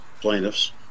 plaintiffs